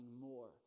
more